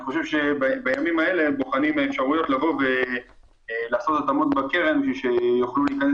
בימים האלה בוחנים אפשרויות לבוא ולעשות התאמות בקרן כדי שיוכלו להיכנס